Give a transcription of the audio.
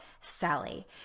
Sally